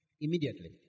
Immediately